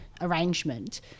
arrangement